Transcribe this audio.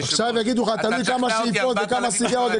עכשיו יגידו לך תלוי כמה שאיפות וכמה סיגריות.